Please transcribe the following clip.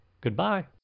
Goodbye